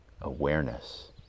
awareness